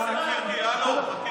הם ביקשו ארבעה חודשים.